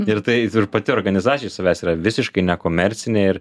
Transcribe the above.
ir tai ir pati organizacija iš savęs yra visiškai nekomercinė ir